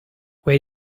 where